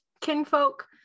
Kinfolk